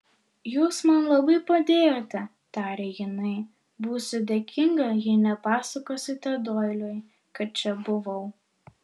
jūs man labai padėjote tarė jinai būsiu dėkinga jei nepasakosite doiliui kad čia buvau